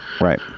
right